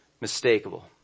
mistakable